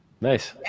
Nice